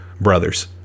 brothers